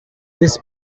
this